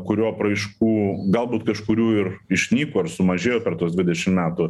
kurio apraiškų galbūt kažkurių ir išnyko ir sumažėjo per tuos dvidešim metų